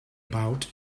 about